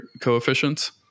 coefficients